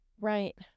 Right